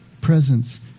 Presence